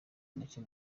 nacyo